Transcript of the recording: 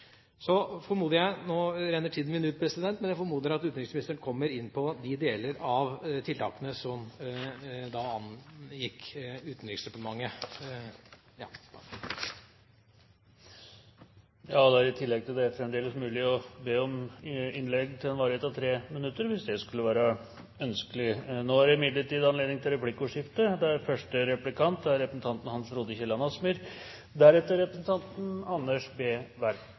Nå renner tiden min ut, president, men jeg formoder at utenriksministeren kommer inn på de deler av tiltakene som angikk Utenriksdepartementet. I tillegg til det er det fremdeles mulig å be om innlegg med en varighet av inntil 3 minutter, hvis det skulle være ønskelig. Nå er det imidlertid anledning til replikkordskifte. Selv om Stortinget i dag avslutter behandlingen av denne saken, har de to statsrådene som er